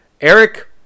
Eric